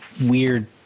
weird